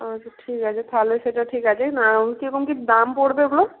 আচ্ছা ঠিক আছে তাহালে সেটা ঠিক আছে নানা রকম কী রকম কী দাম পড়বে ওগুলোর